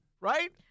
right